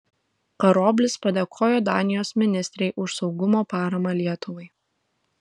karoblis padėkojo danijos ministrei už saugumo paramą lietuvai